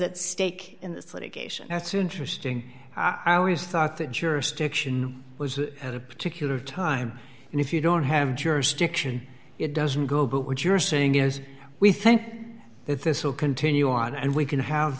litigation that's interesting i always thought that jurisdiction was at a particular time and if you don't have jurisdiction it doesn't go but what you're saying is we think that this will continue on and we can have